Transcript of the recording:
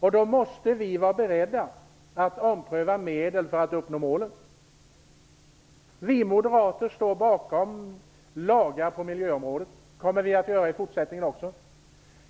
Då måste vi vara beredda att ompröva medlen för att uppnå målen. Vi moderater står bakom lagar på miljöområdet, och det kommer vi också att göra i fortsättningen.